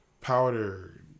powder